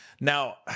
Now